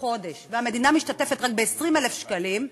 בחודש והמדינה משתתפת רק ב-20,000 שקלים,